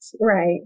Right